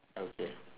ya okay